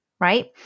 Right